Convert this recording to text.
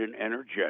energetic